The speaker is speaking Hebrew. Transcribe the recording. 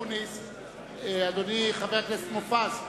אדוני חבר הכנסת מופז,